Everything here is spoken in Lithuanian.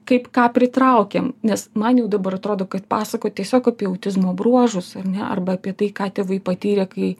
kaip ką pritraukiam nes man jau dabar atrodo kad pasakot tiesiog apie autizmo bruožus ar ne arba apie tai ką tėvai patyrė kai